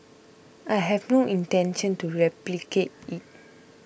I have no intention to replicate it